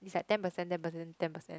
is at ten percent ten percent ten percent